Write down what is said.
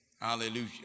hallelujah